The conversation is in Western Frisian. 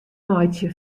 meitsje